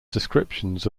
descriptions